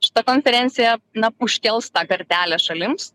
šita konferencija na užkels tą kartelę šalims